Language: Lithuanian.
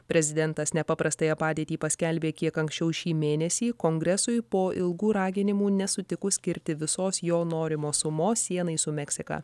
prezidentas nepaprastąją padėtį paskelbė kiek anksčiau šį mėnesį kongresui po ilgų raginimų nesutikus skirti visos jo norimos sumos sienai su meksika